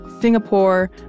Singapore